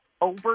over